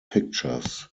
pictures